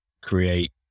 create